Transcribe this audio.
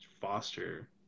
foster